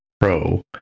pro